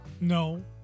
No